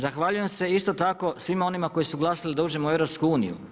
Zahvaljujem se isto tako svima onima koji su glasali da uđemo u EU.